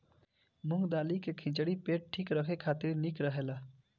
मूंग दाली के खिचड़ी पेट ठीक राखे खातिर निक रहेला